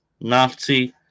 Nazi